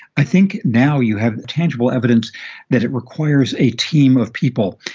i think now you have tangible evidence that it requires a team of people.